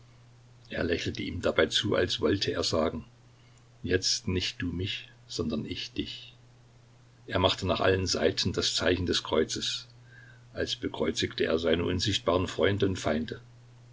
er lächelte ihm dabei zu als wollte er sagen jetzt nicht du mich sondern ich dich er machte nach allen seiten das zeichen des kreuzes als bekreuzigte er seine unsichtbaren freunde und feinde